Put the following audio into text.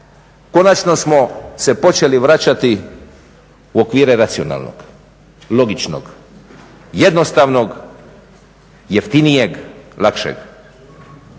Konačno smo se počeli vraćati u okvire racionalnog, logičnog, jednostavnog, jeftinijeg, lakšeg.